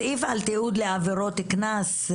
בסעיף 6 על תיעוד לעבירות קנס,